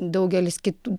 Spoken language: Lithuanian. daugelis kitų